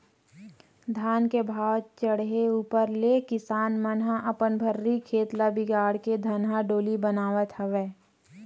धान के भाव चड़हे ऊपर ले किसान मन ह अपन भर्री खेत ल बिगाड़ के धनहा डोली बनावत हवय